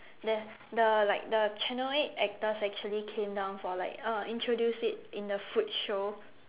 the the like the channel eight actors actually came down for like uh introduce it in the food show